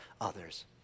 others